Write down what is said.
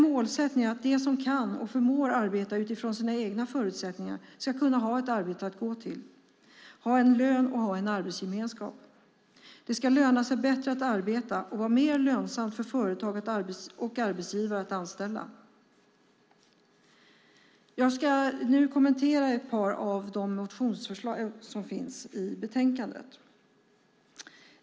Målsättningen är att de som förmår arbeta ska, utifrån sina egna förutsättningar, ha ett arbete att gå till. De ska ha en lön och en arbetsgemenskap. Det ska löna sig bättre att arbeta, och det ska vara mer lönsamt för företagare och arbetsgivare att anställa. Jag ska kommentera ett par av motionsförslagen i betänkandet.